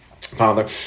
Father